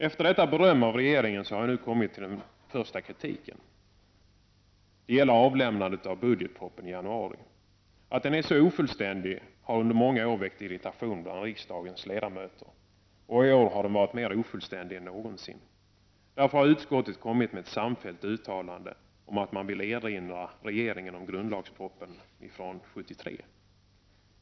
Efter detta beröm av regeringen kommer jag nu till den första kritiken. Det gäller avlämnandet av budgetpropositionen i januari. Att budgetpropositionen är så ofullständig har under många år väckt irritation bland riksdagens ledamöter, och i år har den varit mera ofullständig än någonsin. Därför har utskottet gjort ett samfällt uttalande om att man vill erinra regeringen om 1973 års grundlagsproposition.